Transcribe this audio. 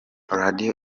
radio